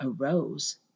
arose